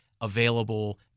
available